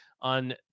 on